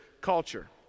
culture